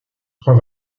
trois